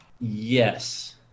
Yes